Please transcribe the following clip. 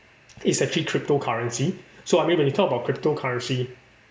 is actually cryptocurrency so I mean when you talk about cryptocurrency